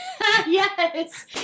Yes